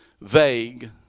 vague